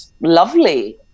lovely